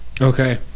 okay